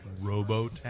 Robotech